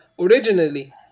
originally